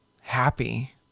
happy